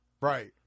right